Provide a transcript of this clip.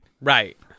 right